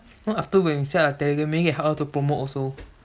no after when you say I how to promote also